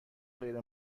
غیر